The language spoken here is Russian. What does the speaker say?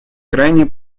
крайне